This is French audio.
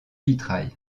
vitrail